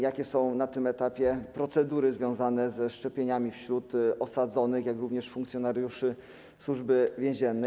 Jakie są na tym etapie procedury związane ze szczepieniami wśród osadzonych, jak również funkcjonariuszy Służby Więziennej?